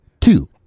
Two